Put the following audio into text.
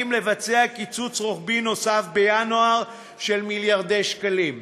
לבצע קיצוץ רוחבי נוסף של מיליארדי שקלים בינואר.